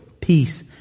peace